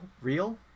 real